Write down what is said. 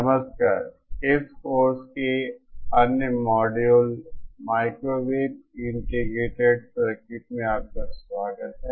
नमस्कार इस कोर्स के एक अन्य मॉड्यूल माइक्रोवेव इंटीग्रेटेड सर्किट में आपका स्वागत है